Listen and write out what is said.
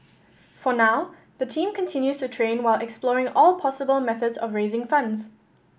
for now the team continues to train while exploring all possible methods of raising funds